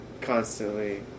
constantly